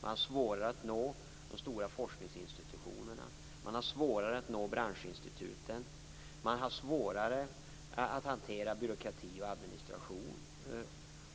Det är svårare att nå de stora forskningsinstitutionerna. Det är svårare att nå branschinstituten. Det är svårare att hantera byråkrati och administration.